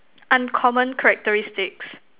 uncommon characteristics